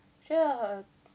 觉得很